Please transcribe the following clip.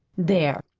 there,